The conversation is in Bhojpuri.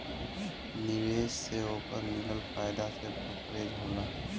निवेश से ओकर मिलल फायदा के ब्रोकरेज होला